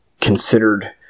considered